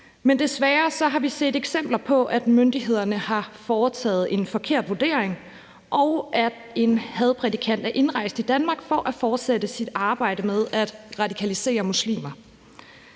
men desværre har vi set eksempler på, at myndighederne har foretaget en forkert vurdering, og at en hadprædikant er indrejst i Danmark for at fortsætte sit arbejde med at radikalisere muslimer.